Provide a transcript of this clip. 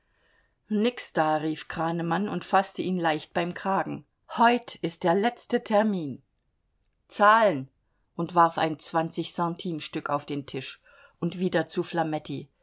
nix da rief kranemann und faßte ihn leicht beim kragen heut ist der letzte termin zahlen und warf ein zwanzig centimes stück auf den tisch und wieder zu